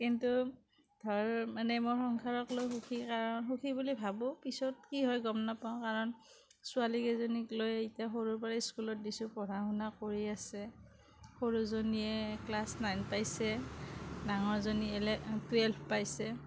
কিন্তু ধৰ মানে মোৰ সংসাৰক লৈ সুখী কাৰণ সুখী বুলি ভাবোঁ পিছত কি হয় গম নাপাওঁ কাৰণ ছোৱালী কেইজনীক লৈ এতিয়া সৰুৰ পৰা স্কুলত দিছোঁ পঢ়া শুনা কৰি আছে সৰুজনীয়ে ক্লাছ নাইন পাইছে ডাঙৰজনী টুৱেল্ভ পাইছে